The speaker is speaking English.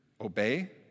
obey